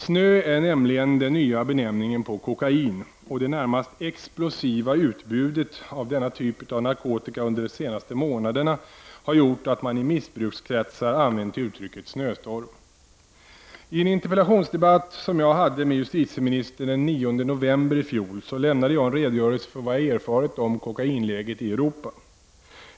Snö är nämligen den nya benämningen på kokain, och det närmast explosiva utbudet av denna typ av narkotika under de senaste månaderna har gjort att man i missbrukskretsar använt uttrycket snöstorm. I en interpellationsdebatt som jag hade med justitieministern den 9 november i fjol lämnade jag en redogörelse för vad jag erfarit om kokainläget i Europa.